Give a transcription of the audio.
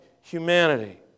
humanity